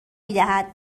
میدهد